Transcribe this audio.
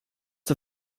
der